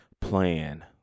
Plan